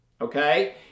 Okay